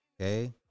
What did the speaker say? Okay